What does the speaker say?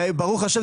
וברוך השם,